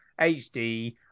HD